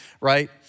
right